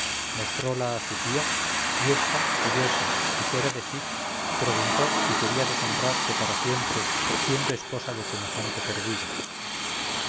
mostrola a su tía y ésta furiosa y fuera de sí preguntó si quería deshonrarse para siempre siendo esposa de semejante perdido